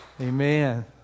Amen